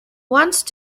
once